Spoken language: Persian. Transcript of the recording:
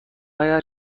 اگر